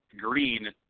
green